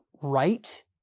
right